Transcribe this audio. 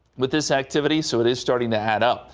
with this activity so it is starting to add up.